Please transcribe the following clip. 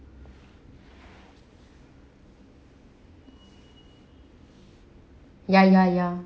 ya ya ya